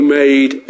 made